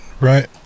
right